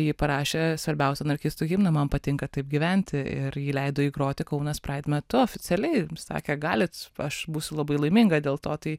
ji parašė svarbiausią anarchistų himną man patinka taip gyventi ir ji leido jį groti kaunas pride metu oficialiai sakė galit aš būsiu labai laiminga dėl to tai